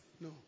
No